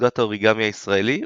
אגודת האוריגמי הישראלי,